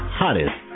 hottest